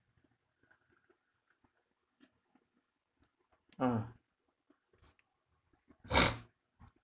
uh